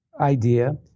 idea